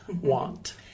want